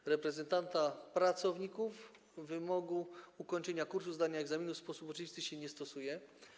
Do reprezentanta pracowników wymogu ukończenia kursu i zdania egzaminu w sposób oczywisty się nie stosuje.